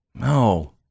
No